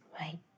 Right